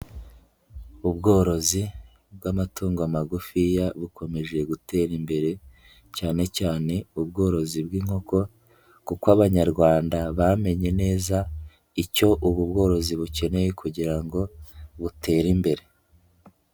Ubworozi bw’amatungo magufiya bukomeje gutera imbere, cyane cyane ubworozi bw’inkoko, kuko Abanyarwanda bamenye neza icyo ubu bworozi bukeneye kugira ngo butere imbere.